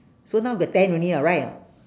so now got ten only what right